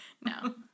No